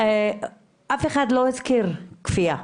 אף אחד לא הזכיר כפייה.